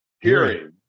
hearing